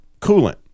coolant